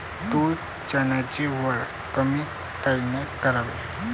तूर, चन्याची वल कमी कायनं कराव?